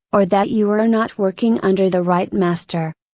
or that you are not working under the right master.